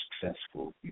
successful